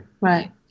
Right